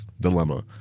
dilemma